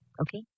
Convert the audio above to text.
Okay